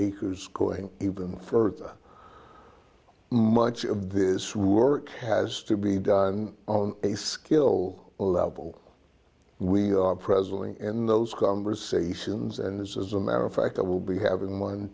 acres going even further much of this rework has to be done on a skill level we are presently in those conversations and as a matter of fact i will be having